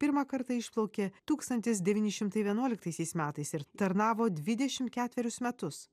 pirmą kartą išplaukė tūkstantis devyni šimtai vienuoliktaisiais metais ir tarnavo dvidešim ketverius metus